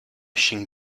qing